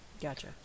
Gotcha